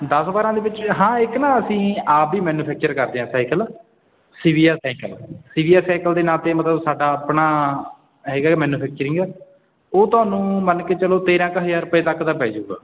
ਦਸ ਬਾਰਾਂ ਦੇ ਵਿੱਚ ਹਾਂ ਇੱਕ ਨਾ ਅਸੀਂ ਆਪ ਵੀ ਮੈਨੂਫੈਕਚਰ ਕਰਦੇ ਹਾਂ ਸਾਈਕਲ ਸੀਵੀਆ ਸਾਈਕਲ ਸੀਵੀਆ ਸਾਈਕਲ ਦੇ ਨਾਂ 'ਤੇ ਮਤਲਬ ਸਾਡਾ ਆਪਣਾ ਹੈਗਾ ਮੈਨੂਫੈਕਚਰਿੰਗ ਉਹ ਤੁਹਾਨੂੰ ਮੰਨ ਕੇ ਚਲੋ ਤੇਰਾਂ ਕੁ ਹਜ਼ਾਰ ਰੁਪਏ ਤੱਕ ਦਾ ਪੈ ਜਾਊਗਾ